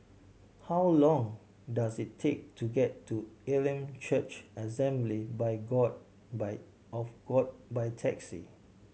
how long does it take to get to Elim Church Assembly by God by of God by taxi